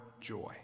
joy